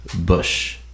Bush